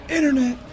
Internet